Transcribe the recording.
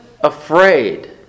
afraid